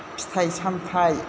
फिथाय सामथाय